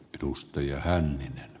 edustajan